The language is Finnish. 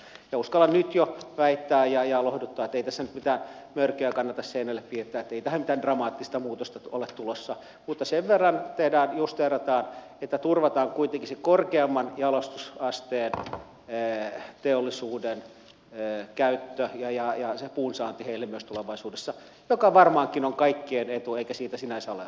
uskallan nyt jo väittää ja lohduttaa että ei tässä nyt mitään mörköjä kannata seinälle piirtää ei tähän mitään dramaattista muutosta ole tulossa mutta sen verran tehdään ja justeerataan että turvataan kuitenkin se korkeamman jalostusasteen käyttö ja se puunsaanti teollisuudelle myös tulevaisuudessa joka varmaankin on kaikkien etu eikä siitä sinänsä olla eri mieltä